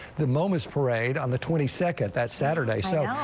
the moments parade on the twenty second that saturday, so yeah,